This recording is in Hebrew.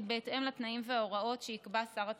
בהתאם לתנאים וההוראות שיקבע שר התחבורה.